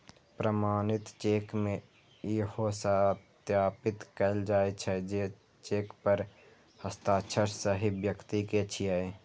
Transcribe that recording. प्रमाणित चेक मे इहो सत्यापित कैल जाइ छै, जे चेक पर हस्ताक्षर सही व्यक्ति के छियै